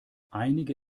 einige